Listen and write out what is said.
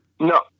No